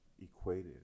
equated